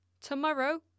tomorrow